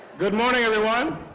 good morning, everyone.